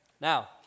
Now